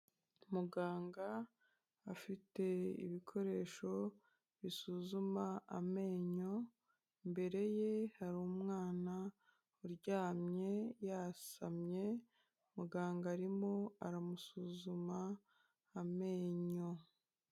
Muganga afite ibikoresho bisuzuma amenyo, imbere ye hari umwana uryamye yasamye, muganga arimo aramusuzuma amenyo.